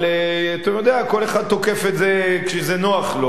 אבל כל אחד תוקף את זה כשזה נוח לו.